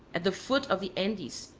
at the foot of the andes,